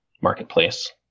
Marketplace